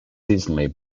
seasonally